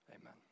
Amen